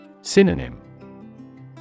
Synonym